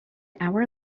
hour